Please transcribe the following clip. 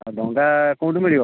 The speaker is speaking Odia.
ଡଙ୍ଗା କେଉଁଠୁ ମିଳିବ